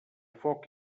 foc